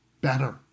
better